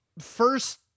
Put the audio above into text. first